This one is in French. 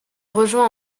rejoint